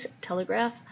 Telegraph